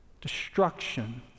destruction